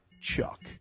Chuck